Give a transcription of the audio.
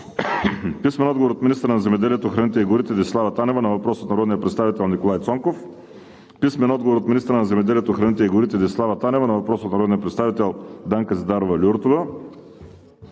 Стоянов; - министъра на земеделието храните и горите Десислава Танева на въпрос от народния представител Николай Цонков; - министъра на земеделието храните и горите Десислава Танева на въпрос от народния представител Данка Зидарова-Люртова;